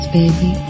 baby